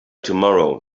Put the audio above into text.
tomorrow